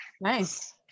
Nice